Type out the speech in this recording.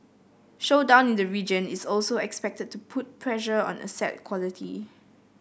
slowdown in the region is also expected to put pressure on asset quality